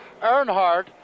Earnhardt